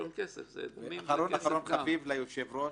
אחרון אחרון חביב, ליושב-ראש.